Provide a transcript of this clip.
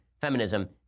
feminism